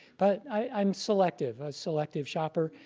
but i'm selective, a selective shopper,